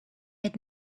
had